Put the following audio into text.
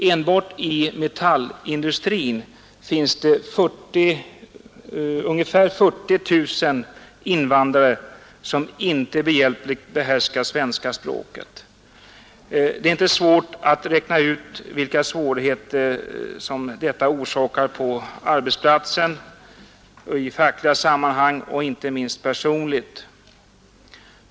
Enbart i metallindustrin finns ungefär 40 000 invandrare som inte hjälpligt behärskar svenska språket. Det är lätt att räkna ut vilka svårigheter detta orsakar på arbetsplatsen, i fackliga sammanhang och inte minst personligt.